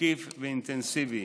מקיף ואינטנסיבי,